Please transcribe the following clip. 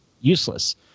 useless